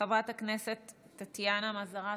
חברת הכנסת טטיאנה מזרסקי,